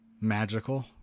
magical